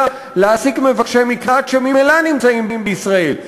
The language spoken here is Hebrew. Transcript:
להעסיק מבקשי מקלט שממילא נמצאים בישראל,